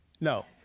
No